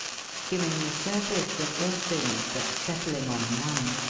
skimming the surface of all things but settling on none.